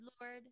Lord